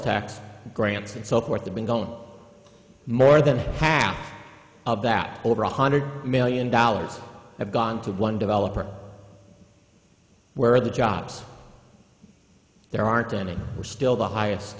tax grants and so forth have been gone more than half of that over one hundred million dollars have gone to one developer where the jobs there aren't any are still the highest